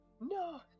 No